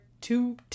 two